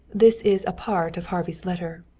this is a part of harvey's letter